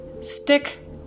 Stick